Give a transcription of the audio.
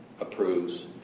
approves